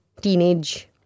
teenage